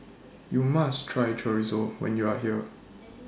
YOU must Try Chorizo when YOU Are here